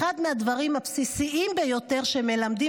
אחד מהדברים הבסיסיים ביותר שמלמדים